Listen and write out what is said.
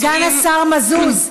סגן השר מזוז,